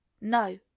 No